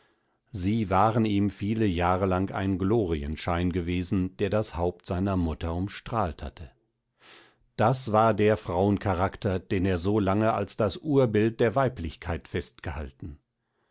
sie waren ihm viele jahre lang ein glorienschein gewesen der das haupt seiner mutter umstrahlt hatte das war der frauencharakter den er so lange als das urbild der weiblichkeit festgehalten